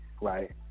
Right